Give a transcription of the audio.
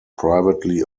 privately